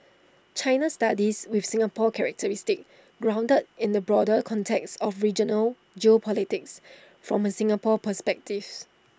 China studies with Singapore characteristics grounded in the broader context of regional geopolitics from A Singapore perspectives